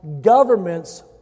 governments